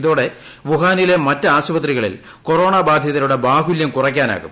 ഇതോടെ വുഹാനിലെ മറ്റ് ആശുപത്രികളിൽ കൊറോണ ബാധിതരുടെ ബാഹുല്യം കുറയ്ക്കായിക്കും